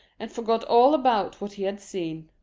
and forgot all about what he had seen.